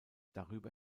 darüber